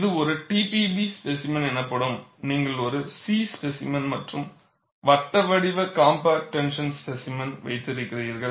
இது ஒரு TPB specimen எனப்படும் நீங்கள் ஒரு C ஸ்பேசிமென் மற்றும் வட்டு வடிவ காம்பாக்ட் டென்ஷன் ஸ்பேசிமென் வைத்திருக்கிறீர்கள்